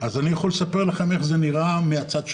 אני יכול לספר לכם איך זה נראה מן הצד שלי.